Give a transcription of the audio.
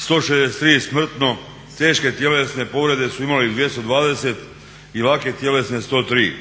163 je smrtno, teške tjelesne povrede su imali 220 i lake tjelesne 103.